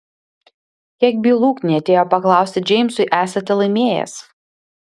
kiek bylų knietėjo paklausti džeimsui esate laimėjęs